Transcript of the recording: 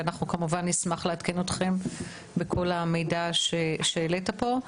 ואנחנו כמובן נשמח לעדכן אותכם בכל המידע שהעלית פה.